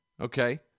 Okay